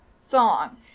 song